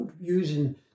using